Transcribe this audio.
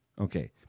Okay